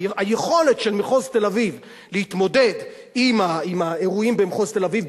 היכולת של מחוז תל-אביב להתמודד עם האירועים במחוז תל-אביב,